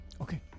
Okay